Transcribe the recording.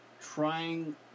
trying